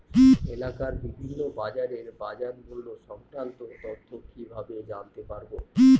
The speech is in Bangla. এলাকার বিভিন্ন বাজারের বাজারমূল্য সংক্রান্ত তথ্য কিভাবে জানতে পারব?